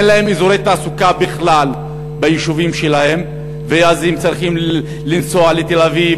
אין להם אזורי תעסוקה ביישובים שלהם ואז הם צריכים לנסוע לתל-אביב,